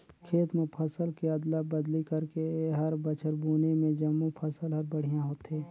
खेत म फसल के अदला बदली करके हर बछर बुने में जमो फसल हर बड़िहा होथे